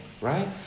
right